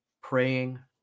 praying